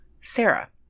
Sarah